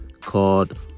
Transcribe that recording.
called